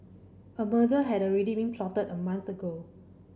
a murder had already been plotted a month ago